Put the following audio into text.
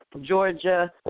Georgia